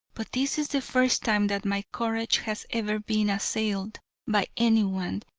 but this is the first time that my courage has ever been assailed by anyone,